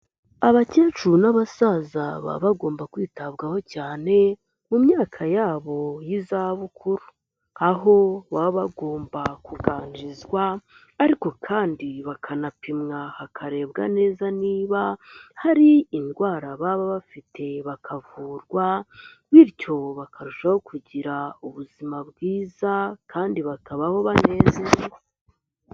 Abakecuru n'abasaza, baba bagomba kwitabwaho cyane, mu myaka yabo y'izabukuru, aho baba bagomba kuganirizwa, ariko kandi bakanapimwa hakarebwa neza niba hari indwara baba bafite bakavurwa, bityo bakarushaho kugira ubuzima bwiza, kandi bakabaho banezerewe.